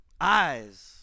eyes